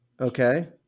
Okay